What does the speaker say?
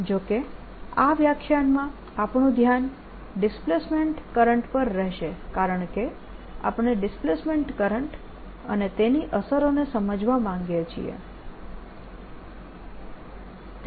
જો કે આ વ્યાખ્યાનમાં આપણું ધ્યાન ડિસ્પ્લેસમેન્ટ કરંટ પર રહેશે કારણકે આપણે ડિસ્પ્લેસમેન્ટ કરંટ અને તેની અસરોને સમજવા માંગીએ છીએ